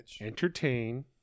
entertain